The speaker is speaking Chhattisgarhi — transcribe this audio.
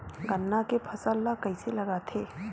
गन्ना के फसल ल कइसे लगाथे?